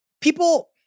people